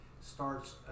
starts